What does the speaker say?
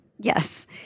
Yes